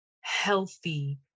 healthy